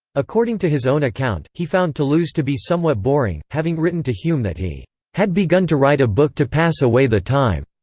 according to his own account, he found toulouse to be somewhat boring, having written to hume that he had begun to write a book to pass away the time.